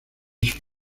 sus